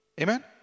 Amen